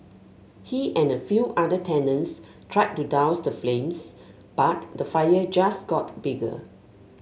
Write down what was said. he and a few other tenants tried to douse the flames but the fire just got bigger